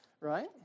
Right